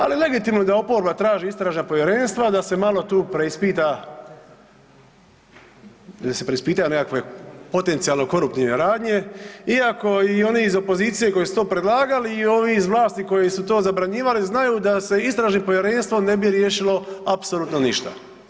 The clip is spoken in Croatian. Ali legitimno je da oporba traži istražna povjerenstva da se malo tu preispita, da se preispitaju nekakve potencijalno koruptivne radnje iako i oni iz opozicije koji su to predlagali i ovi iz vlasti koji su to zabranjivali znaju da se istražnim povjerenstvom ne bi riješilo apsolutno ništa.